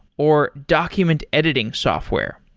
or document editing software.